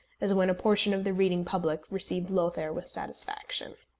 as when a portion of the reading public received lothair with satisfaction.